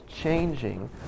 changing